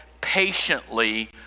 patiently